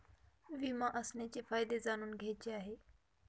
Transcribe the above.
विमा असण्याचे फायदे जाणून घ्यायचे आहे